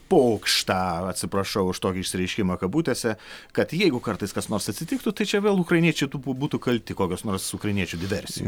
pokštą atsiprašau už tokį išsireiškimą kabutėse kad jeigu kartais kas nors atsitiktų tai čia vėl ukrainiečių tai būtų kalti kokios nors ukrainiečių diversijos